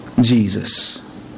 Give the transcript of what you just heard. Jesus